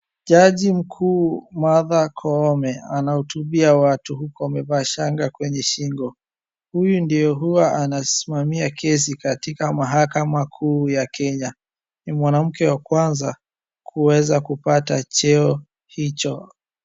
Jaji mkuu Martha Koome anahutubia watu huko amevaa shanga kwenye shingo. Huyu ndiye huwa anasimamia kesi katika mahakama kuu ya Kenya. Ni mwanamke wa kwanza kuweza kupata cheo hicho.